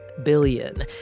billion